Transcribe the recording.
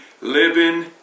living